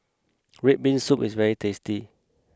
Red Bean Soup is very tasty